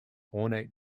ornate